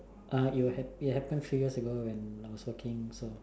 uh it will happen it happened a few years ago when I was working so